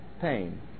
pain